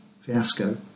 fiasco